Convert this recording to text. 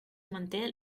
manté